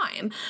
time